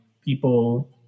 people